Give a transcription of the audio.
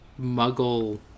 muggle